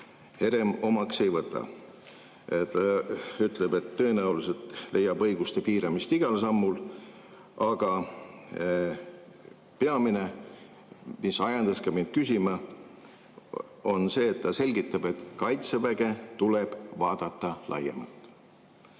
Herem omaks ei võta. Ütleb, et tõenäoliselt leiab õiguste piiramist igal sammul. Aga peamine, mis ajendas mind küsima, on see, et ta selgitab, et Kaitseväge tuleb vaadata laiemalt.